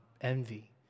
envy